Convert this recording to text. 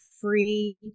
free